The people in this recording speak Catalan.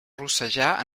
rossejar